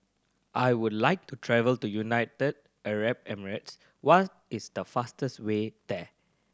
I would like to travel to United Arab Emirates What is the fastest way there